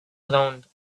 ground